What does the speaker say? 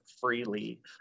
freely